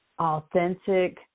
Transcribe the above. authentic